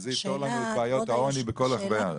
כי זה יפתור לנו את בעיות העוני בכל הארץ.